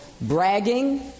bragging